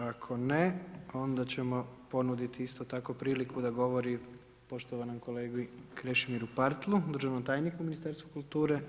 Ako ne, onda ćemo ponuditi isto tako priliku da govori poštovanom kolegi Krešimiru Partlu, državnom tajniku u Ministarstvu kulture.